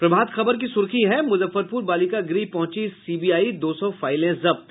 प्रभात खबर की सुर्खी है मुजफ्फरपुर बालिका गृह पहुंची सीबीआई दो सौ फाइलें जब्त